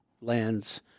lands